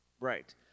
right